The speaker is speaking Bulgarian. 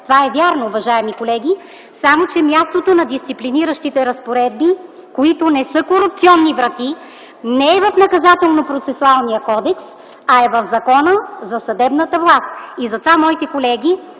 това е вярно, уважаеми колеги, само че мястото на дисциплиниращите разпоредби, които не са корупционни врати, не е в Наказателно-процесуалния кодекс, а е в Закона за съдебната власт.